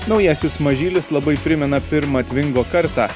naujasis mažylis labai primena pirmą tvingo kartą